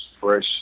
fresh